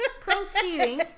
proceeding